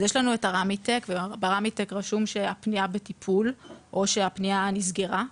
יש לנו את הרמיטק וברמיטק רשום שהפנייה בטיפול או שהפנייה נסגרה,